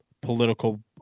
political